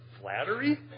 flattery